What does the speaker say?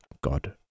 God